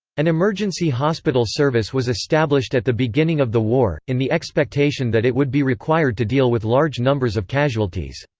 an emergency hospital service was established at the beginning of the war, in the expectation that it would be required to deal with large numbers of casualties.